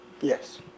Yes